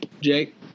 Jake